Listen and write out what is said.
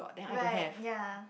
right ya